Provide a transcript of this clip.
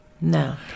No